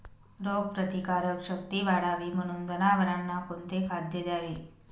रोगप्रतिकारक शक्ती वाढावी म्हणून जनावरांना कोणते खाद्य द्यावे?